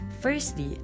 Firstly